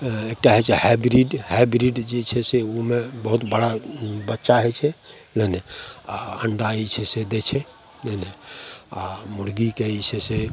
एँ एकटा होइ छै हाइब्रिड हाइब्रिड जे छै से ओहिमे बहुत बड़ा बच्चा होइ छै नहि नहि आओर अण्डा जे छै से दै छै नहि नहि आओर मुरगीके जे छै से